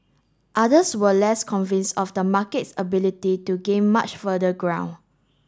others were less convinced of the market's ability to gain much further ground